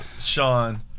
Sean